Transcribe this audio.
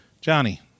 Johnny